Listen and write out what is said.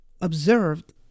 observed